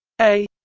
a